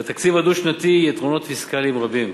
לתקציב הדו-שנתי יתרונות פיסקליים רבים,